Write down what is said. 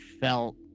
felt